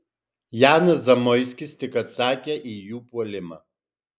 janas zamoiskis tik atsakė į jų puolimą